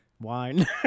wine